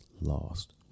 lost